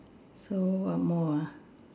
so one more ah